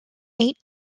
eight